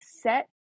set